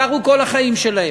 גרו בה כל החיים שלהם,